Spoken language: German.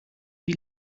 die